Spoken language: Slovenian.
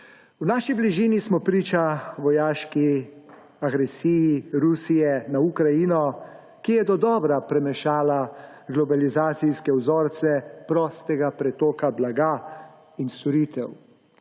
V naši bližini smo priča vojaški agresiji Rusije na Ukrajino, ki je dodobra premešala globalizacijske vzorce prostega pretoka blaga in storitev.